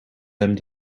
hem